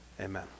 amen